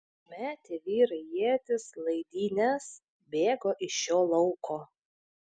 metė vyrai ietis laidynes bėgo iš šio lauko